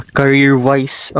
career-wise